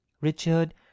Richard